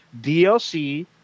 DLC